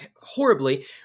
horribly